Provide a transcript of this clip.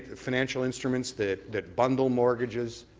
financial instruments that that bundle mortgages,